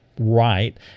right